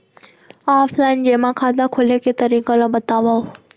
Offline जेमा खाता खोले के तरीका ल बतावव?